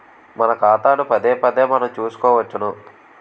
మన ఖాతాను పదేపదే మనం చూసుకోవచ్చును